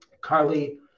Carly